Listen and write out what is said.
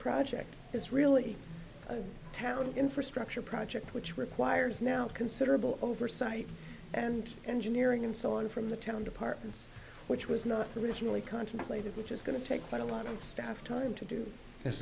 project it's really a town infrastructure project which requires now considerable oversight and engineering and so on from the ten departments which was not originally contemplated which is going to take quite a lot of staff time to do